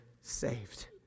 saved